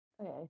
Okay